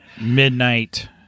midnight